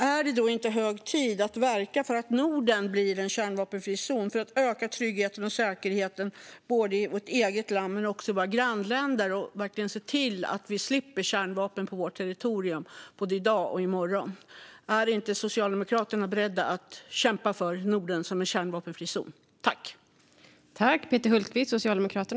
Är det då inte hög tid att verka för att Norden blir en kärnvapenfri zon - för att öka tryggheten och säkerheten både i vårt eget land och i våra grannländer och verkligen se till att vi slipper kärnvapen på vårt territorium både i dag och i morgon? Är inte Socialdemokraterna beredda att kämpa för Norden som en kärnvapenfri zon?